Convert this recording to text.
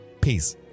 Peace